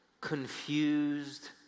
confused